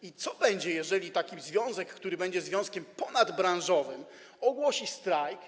I co będzie, jeżeli taki związek, który będzie związkiem ponadbranżowym, ogłosi strajk?